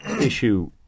issue